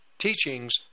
teachings